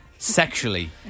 Sexually